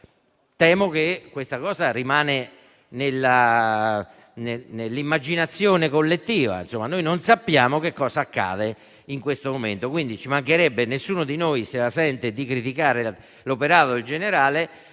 Temo che questa cosa rimanga nell'immaginazione collettiva; noi non sappiamo che cosa accade in questo momento. Ci mancherebbe, nessuno di noi se la sente di criticare l'operato del generale,